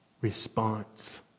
response